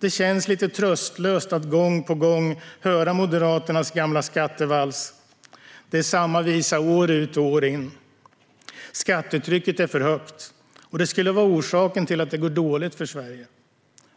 Det känns lite tröstlöst att gång på gång höra moderaternas gamla skattevals. Det är samma visa år ut och år in: Skattetrycket är för högt, och det skulle vara orsaken till att det går så dåligt för Sverige.